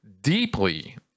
deeply